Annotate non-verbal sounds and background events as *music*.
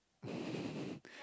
*breath*